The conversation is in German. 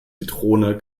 zitrone